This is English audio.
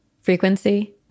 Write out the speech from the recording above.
frequency